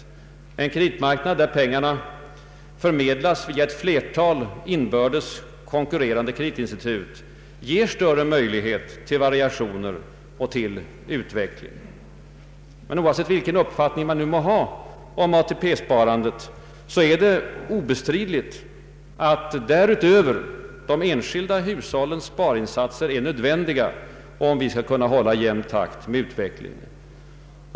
En kreditmarknad där pengarna förmedlas via ett flertal inbördes konkurrerande kre ditinstitut ger större möjlighet till variationer, till konkurrens och utveckling. Oavsett vilken uppfattning man må ha om ATP-sparandet är det emellertid obestridligt, att de enskilda hushållens sparinsatser därutöver är nödvändiga om vårt land skall kunna hålla jämn takt med utvecklingen.